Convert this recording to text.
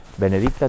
benedicta